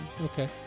Okay